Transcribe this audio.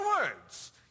words